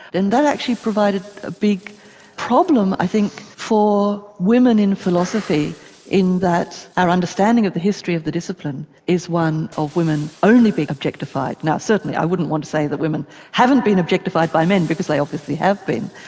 and that actually provided a big problem, i think, for women in philosophy in that our understanding of the history of the discipline is one of women only being objectified. now certainly i wouldn't want to say that women haven't been objectified by men because they obviously have been,